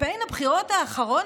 בקמפיין הבחירות האחרון,